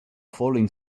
falling